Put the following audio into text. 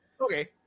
Okay